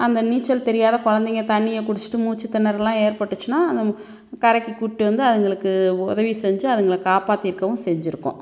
அந்த நீச்சல் தெரியாத கொழந்தைங்க தண்ணியை குடிச்சுட்டு மூச்சுத் திணறல்லாம் ஏற்பட்டுச்சுன்னால் அந்த கரைக்கு கூட்டு வந்து அதுங்களுக்கு உதவி செஞ்சு அதுங்களை காப்பாற்றிருக்கவும் செஞ்சுருக்கோம்